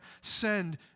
send